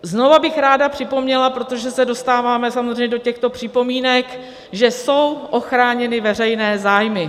Znovu bych ráda připomněla, protože se dostáváme samozřejmě do těchto připomínek, že jsou ochráněny veřejné zájmy.